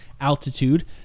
altitude